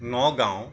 Nagaon